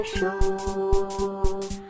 Show